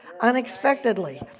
unexpectedly